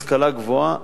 השכלה גבוהה,